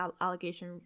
allegation